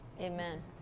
Amen